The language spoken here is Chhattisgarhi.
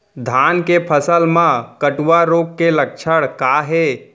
धान के फसल मा कटुआ रोग के लक्षण का हे?